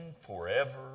forever